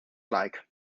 like